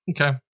Okay